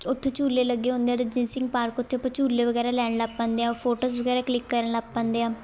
ਉੱਥੇ ਝੂਲੇ ਲੱਗੇ ਹੁੰਦੇ ਆ ਰਣਜੀਤ ਸਿੰਘ ਪਾਰਕ ਉੱਥੇ ਆਪਾਂ ਝੂਲੇ ਵਗੈਰਾ ਲੈਣ ਲੱਗ ਪੈਂਦੇ ਹਾਂ ਫੋਟੋਜ਼ ਵਗੈਰਾ ਕਲਿੱਕ ਕਰਨ ਲੱਗ ਪੈਂਦੇ ਹਾਂ